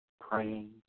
praying